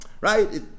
right